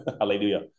Hallelujah